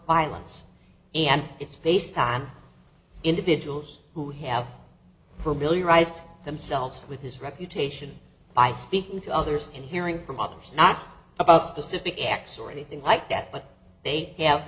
violence and it's face time individuals who have for million rise to themselves with his reputation by speaking to others and hearing from others not about specific acts or anything like that but they have